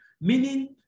meaning